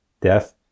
death